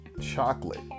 Chocolate